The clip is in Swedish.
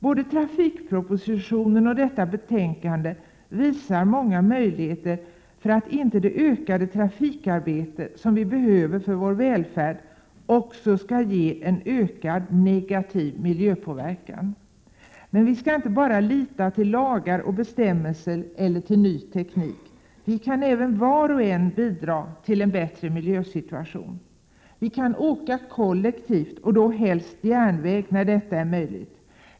Både trafikpropositionen och detta betänkande visar att det ökade trafikarbete som vi behöver för vår välfärd inte behöver innebära ökad negativ miljöpåverkan. Men vi skall inte bara lita till lagar och bestämmelser eller till nyteknik. Vi kan även var och en bidra till en bättre miljö. Vi kan åka kollektivt, helst järnväg när detta är möjligt.